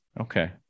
Okay